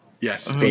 Yes